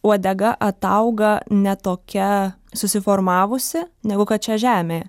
uodega atauga ne tokia susiformavusi negu kad čia žemėje